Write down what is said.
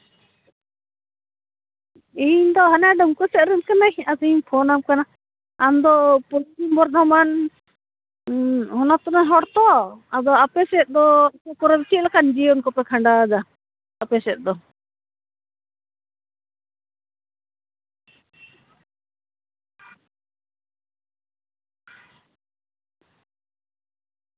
ᱤᱧ ᱫᱚ ᱦᱟᱱᱟ ᱰᱩᱢᱠᱟᱹ ᱥᱮᱫ ᱨᱮᱱ ᱠᱟᱹᱱᱟᱹᱧ ᱟᱫᱚᱧ ᱯᱷᱳᱱᱟᱢ ᱠᱟᱱᱟ ᱟᱢ ᱫᱚ ᱯᱚᱥᱪᱤᱢ ᱵᱚᱨᱫᱷᱚᱢᱟᱱ ᱦᱚᱱᱚᱛ ᱨᱮᱱ ᱦᱚᱲ ᱛᱚ ᱟᱫᱚ ᱟᱯᱮ ᱥᱮᱫ ᱫᱚ ᱪᱮᱫᱞᱮᱠᱟ ᱡᱤᱭᱚᱱ ᱠᱚᱯᱮ ᱠᱷᱟᱸᱰᱟᱣᱫᱟ ᱟᱯᱮᱥᱮᱫ ᱫᱚ